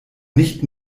nicht